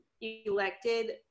elected